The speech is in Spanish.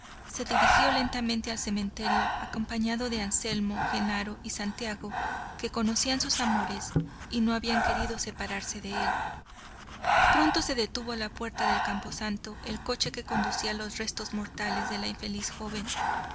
se dirigió lentamente al cementerio acompañado de anselmo genaro y santiago que conocían sus amores y no habían querido separarse de él pronto se detuvo a la puerta del camposanto el coche que conducía los restos mortales de la infeliz joven